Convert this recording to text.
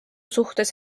suhtes